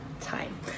time